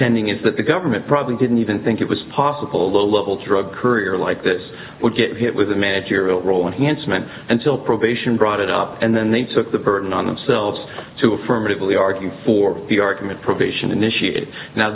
contending is that the government probably didn't even think it was possible the local drug courier like this would get hit with a managerial role and hence meant until probation brought it up and then they took the burden on themselves to affirmatively argue for the argument probation initiated now